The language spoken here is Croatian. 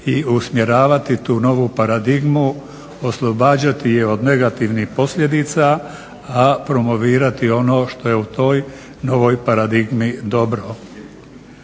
i usmjeravati tu novu paradigmu, oslobađati je od negativnih posljedica, a promovirati ono što je u toj novoj paradigmi dobro.